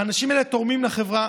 האנשים האלה תורמים לחברה.